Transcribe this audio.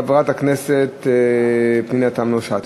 חברת הכנסת פנינה תמנו-שטה.